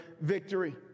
victory